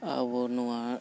ᱟᱵᱚ ᱱᱚᱣᱟ